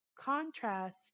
Contrast